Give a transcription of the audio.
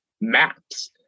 maps